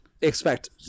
expect